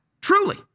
truly